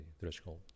threshold